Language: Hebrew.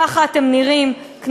כך נראות זכויות האדם שלכם,